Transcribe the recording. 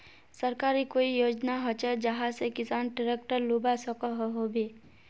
सरकारी कोई योजना होचे जहा से किसान ट्रैक्टर लुबा सकोहो होबे?